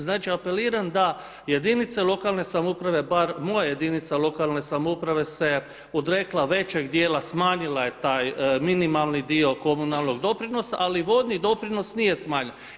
Znači apeliram da jedinice lokalne samouprave, bar moja jedinica lokalne samouprave se odrekla većeg djela, smanjila je taj minimalni dio komunalnog doprinosa ali vodni doprinos nije smanjen.